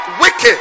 Wicked